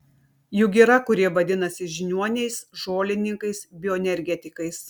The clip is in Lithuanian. juk yra kurie vadinasi žiniuoniais žolininkais bioenergetikais